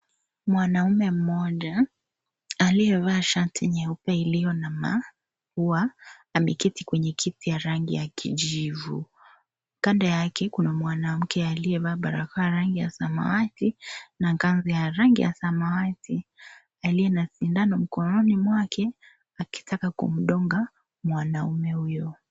Mwanamume mmoja aliyevaa shati nyeupe iliyo na maua. Ameketi kwenye kiti ya rangi ya kijivu. Kanda yake kuna mwanamke aliyevaa barakoa ya rangi ya samawati na kanzu ya rangi ya samawati. Aliye na sindano mkononi mwake akitaka kumdunga mwanaume huyo.